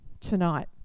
tonight